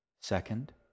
Second